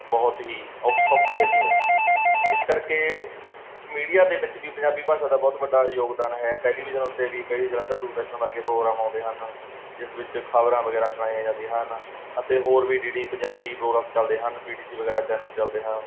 ਬਹੁਤ ਹੀ ਔ ਸੌਖੀ ਰਹਿੰਦੀ ਹੈ ਇਸ ਕਰਕੇ ਮੀਡੀਆ ਦੇ ਵਿੱਚ ਵੀ ਪੰਜਾਬੀ ਭਾਸ਼ਾ ਦਾ ਬਹੁਤ ਵੱਡਾ ਯੋਗਦਾਨ ਹੈ ਟੈਲੀਵਿਜ਼ਨ ਉੱਤੇ ਵੀ ਕਈ ਜਲੰਧਰ ਦੂਰਦਰਸ਼ਨ ਵਰਗੇ ਪ੍ਰੋਗਰਾਮ ਆਉਂਦੇ ਹਨ ਜਿਸ ਵਿੱਚ ਖ਼ਬਰਾਂ ਵਗੈਰਾ ਸੁਣਾਈਆਂ ਜਾਂਦੀਆਂ ਹਨ ਅਤੇ ਹੋਰ ਵੀ ਡੀ ਡੀ ਪੰਜਾਬੀ ਪ੍ਰੋਗਰਾਮ ਚੱਲਦੇ ਹਨ ਪੀ ਟੀ ਸੀ ਵਗੈਰਾ ਚੈਨਲ ਚੱਲਦੇ ਹਨ ਜੋ